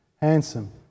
handsome